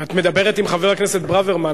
את מדברת עם חבר הכנסת ברוורמן,